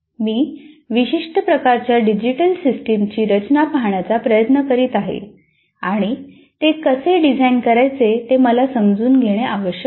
मी विशिष्ट प्रकारच्या डिजिटल सिस्टमची रचना पाहण्याचा प्रयत्न करीत आहे आणि ते कसे डिझाइन करायचे ते मला समजून घेणे आवश्यक आहे